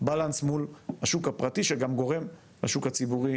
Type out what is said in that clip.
באלנס מול השוק הפרטי שגם גורם לשוק הציבורי